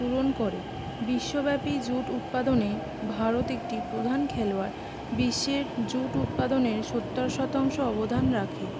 পূরণ করে বিশ্বব্যাপী জুট উৎপাদনে ভারত একটি প্রধান খেলোয়াড় বিশ্বের জুট উৎপাদনের সত্তর শতাংশ অবদান রাখে